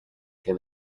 can